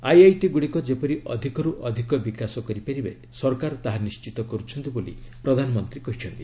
IIT ଗୁଡ଼ିକ ଯେପରି ଅଧିକରୁ ଅଧିକ ବିକାଶ କରିବେ ସରକାର ତାହା ନିଶ୍ଚିତ କରୁଛନ୍ତି ବୋଲି ପ୍ରଧାନମନ୍ତ୍ରୀ କହିଛନ୍ତି